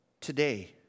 today